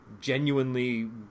genuinely